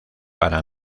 para